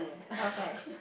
okay